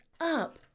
up